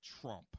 Trump